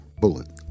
bullet